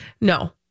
No